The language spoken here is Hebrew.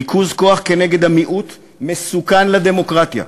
ריכוז כוח נגד המיעוט מסוכן לדמוקרטיה.